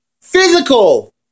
physical